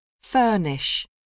Furnish